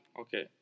Okay